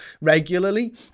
regularly